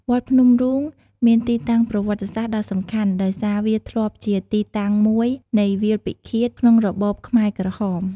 វត្តភ្នំរូងមានទីតាំងប្រវត្តិសាស្ត្រដ៏សំខាន់ ដោយសារវាធ្លាប់ជាទីតាំងមួយនៃវាលពិឃាតក្នុងរបបខ្មែរក្រហម។